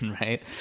right